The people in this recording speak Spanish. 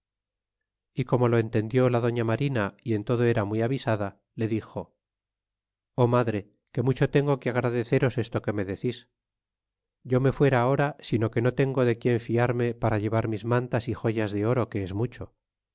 e como lo entendió la doña marina y en todo era muy avisada le dixo i ó madre que mucho tengo que agradeceros eso que nie decis yo me fuera ahora sino que no tengo de quien fiarme para llevar mis mantas y joyas de oro que es mucho